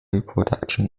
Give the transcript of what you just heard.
reproduction